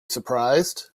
surprised